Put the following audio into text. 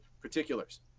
particulars